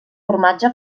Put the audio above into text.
formatge